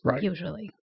usually